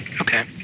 Okay